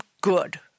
good